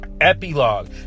Epilogue